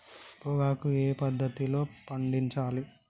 పొగాకు ఏ పద్ధతిలో పండించాలి?